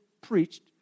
preached